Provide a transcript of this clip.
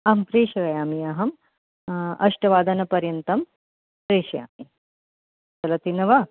आं प्रेषयामि अहं अष्टवादनपर्यन्तं प्रेषयामि चलति न वा